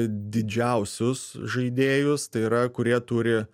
didžiausius žaidėjus tai yra kurie turi